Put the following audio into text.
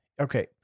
Okay